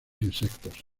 insectos